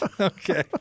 Okay